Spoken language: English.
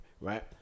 right